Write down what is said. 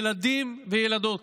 ילדים וילדות,